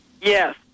Yes